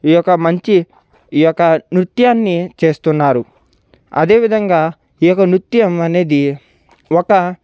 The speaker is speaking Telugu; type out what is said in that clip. ఈ యొక్క మంచి ఈ యొక్క నృత్యాన్ని చేస్తున్నారు అదేవిధంగా ఈ యొక్క నృత్యం అనేది ఒక